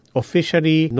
officially